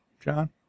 John